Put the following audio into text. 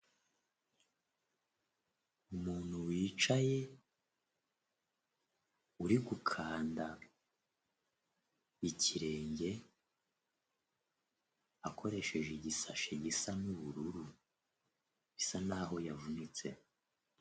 Umuntu wicaye, uri gukanda ikirenge, akoresheje igisashe gisa nk'ubururu. Bisa n'aho yavunitse.